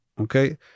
okay